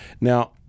Now